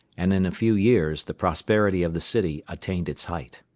and in a few years the prosperity of the city attained its height.